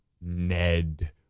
Ned